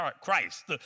Christ